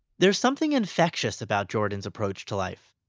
there's something infectious about jordan's approach to life.